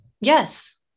Yes